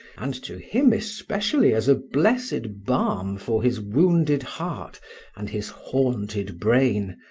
and to him especially as a blessed balm for his wounded heart and his haunted brain,